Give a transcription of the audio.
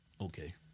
Okay